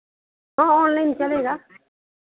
हाँ ऑनलाइन चलेगा